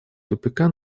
тупика